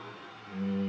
um